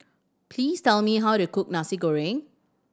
please tell me how to cook Nasi Goreng